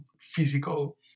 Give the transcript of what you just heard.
physical